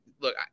look